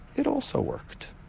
it also worked.